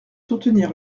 soutenir